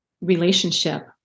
relationship